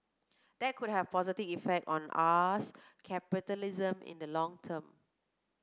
that could have a positive effect on us capitalism in the long term